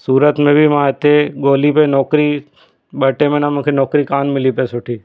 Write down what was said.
सूरत में बि मां हिते ॻोल्ही पिए नौकिरी ॿ टे महिना मूंखे नौकिरी कान मिली पिए सुठी